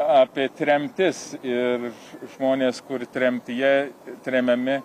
apie tremtis ir žmonės kur tremtyje tremiami